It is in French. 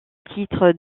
titre